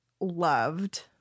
loved